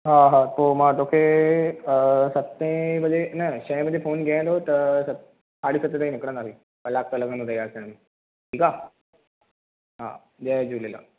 हा हा पोइ मां तोखे सतें बजे न छहें बजे फोन करे थो त साढे सतें ताईं निकिरंदासीं कलाकु त लॻंदो तयार थिअण में ठीकु आहे हा जय झूलेलाल